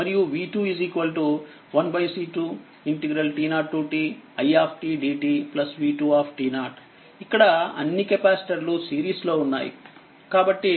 ఇక్కడ అన్ని కెపాసిటర్లు సిరీస్లో ఉన్నాయి కాబట్టి